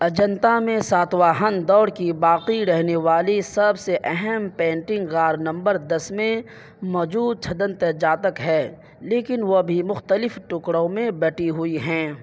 اجنتا میں ساتواہن دوڑ کی باقی رہنے والی سب سے اہم پینٹنگ غار نمبر دس میں موجود چھدنت جاتک ہے لیکن وہ بھی مختلف ٹکڑوں میں بٹی ہوئی ہیں